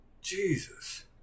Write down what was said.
Jesus